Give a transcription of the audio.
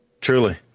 Truly